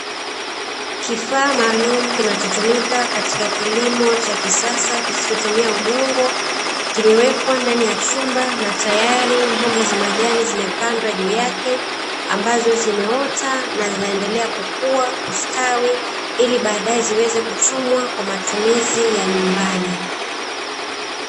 Kifaa maalumu kinachotumika katika kilimo cha kisasa kisichotumia udongo, kimewekwa ndani ya chumba na tayari mboga za majani zimepandwa juu yake ambazo zimeota na zinaendelea kukua, kustawi ili baadae ziweze kuchumwa kwa matumizi ya nyumbani.